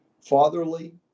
fatherly